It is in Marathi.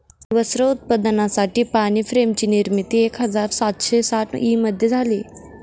वस्त्र उत्पादनासाठी पाणी फ्रेम ची निर्मिती एक हजार सातशे साठ ई मध्ये झाली